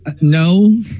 No